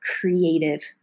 creative